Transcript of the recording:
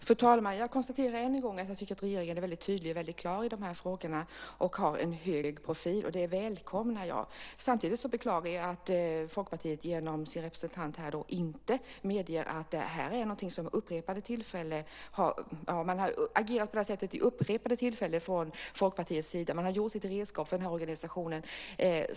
Fru talman! Jag konstaterar än en gång att jag tycker att regeringen är väldigt tydlig och väldigt klar i dessa frågor och har en hög profil. Det välkomnar jag. Samtidigt beklagar jag att Folkpartiet genom sin representant här inte medger att man har agerat på det här sättet vid upprepade tillfällen från Folkpartiets sida. Man har gjort sig till redskap för organisationen.